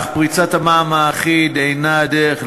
אך פריצת המע"מ האחיד אינה הדרך.